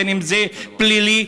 בין שזה פלילי,